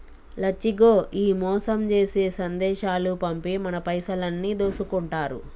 లచ్చిగో ఈ మోసం జేసే సందేశాలు పంపి మన పైసలన్నీ దోసుకుంటారు